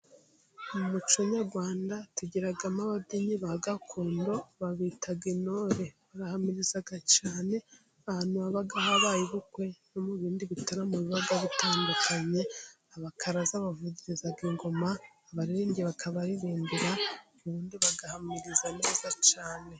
Mu muco nyarwanda tugiramo ababyinnyi ba gakondo babita intore, barahamiriza cyane ahantu haba habaye ubukwe no mu bindi bitaramo biba bitandukanye. Abakaraza bavugiriza ingoma, abaririmbyi bakabaririmbira, ubundi bagahamiriza neza cyane.